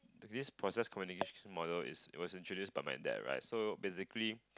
this process communication model is was introduced by my dad right so basically